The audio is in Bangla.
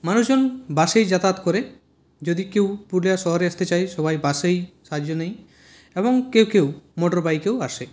মানুষজন বাসেই যাতায়াত করে যদি কেউ পুরুলিয়া শহরে আসতে চাই সবাই বাসেই সাহায্য নিই এবং কেউ কেউ মোটর বাইকেও আসে